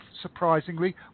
surprisingly